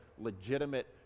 legitimate